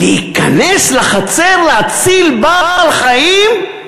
להיכנס לחצר להציל בעל-חיים?